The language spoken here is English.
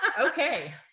okay